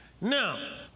Now